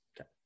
Okay